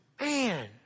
Man